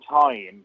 time